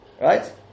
Right